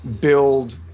build